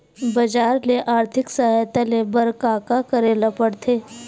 बजार ले आर्थिक सहायता ले बर का का करे ल पड़थे?